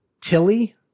Tilly